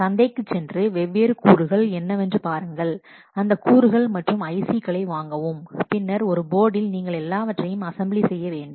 சந்தைக்குச் சென்று வெவ்வேறு கூறுகள் என்னவென்று பாருங்கள் அந்த கூறுகள் மற்றும் IC களை வாங்கவும் பின்னர் ஒரு போர்டில் நீங்கள் எல்லாவற்றையும் அசெம்பிளி செய்ய வேண்டும்